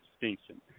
distinction